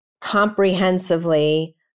comprehensively